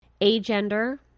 agender